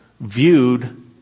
viewed